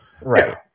right